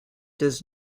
does